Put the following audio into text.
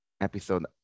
episode